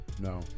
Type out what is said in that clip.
No